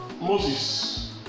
Moses